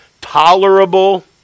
tolerable